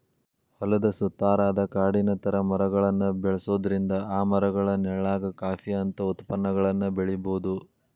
ಹೊಲದ ಸುತ್ತಾರಾದ ಕಾಡಿನ ತರ ಮರಗಳನ್ನ ಬೆಳ್ಸೋದ್ರಿಂದ ಆ ಮರಗಳ ನೆಳ್ಳಾಗ ಕಾಫಿ ಅಂತ ಉತ್ಪನ್ನಗಳನ್ನ ಬೆಳಿಬೊದು